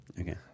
Okay